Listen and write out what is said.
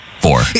four